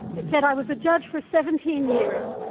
it said i was a judge for seventeen years.